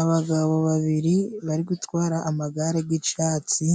Abagabo babiri bari gutwara amagare g'icatsi，